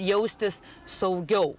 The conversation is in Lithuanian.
jaustis saugiau